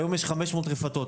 היום יש 500 רפתות.